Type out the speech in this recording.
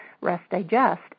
rest-digest